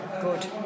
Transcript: Good